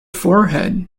forehead